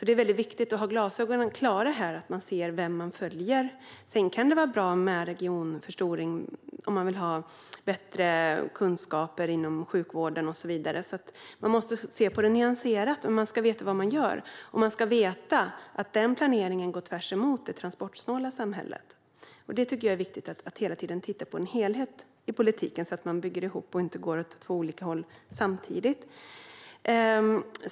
Det är alltså viktigt att ha klara glasögon och se vem man följer. Sedan kan det vara bra med regionförstoring om man vill ha bättre kunskaper inom sjukvården och så vidare. Man måste se nyanserat på detta. Man ska veta vad man gör, och man ska veta att denna planering går tvärtemot det transportsnåla samhället. Jag tycker att det är viktigt att hela tiden titta på helheten i politiken så att man bygger ihop och inte går åt två olika håll samtidigt.